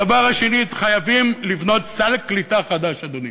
הדבר השני, חייבים לבנות סל קליטה חדש, אדוני.